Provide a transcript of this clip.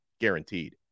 guaranteed